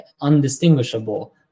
undistinguishable